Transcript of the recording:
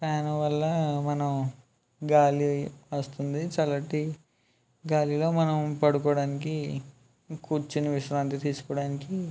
fan వల్ల మనం గాలి వస్తుంది చల్లటి గాలిలో మనం పడుకోడానికి కూర్చొని విశ్రాంతి తీసుకోడానికి